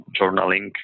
journaling